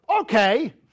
okay